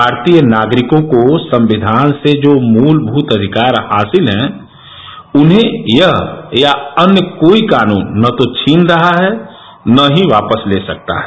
भारतीय नागरिकों को संविधान से जो मूलभूत अधिकार हासिल हैं उन्हें यह या अन्य कोई कानून न तो छीन रहा है न ही वापस ले सकता है